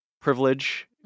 privilege